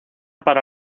para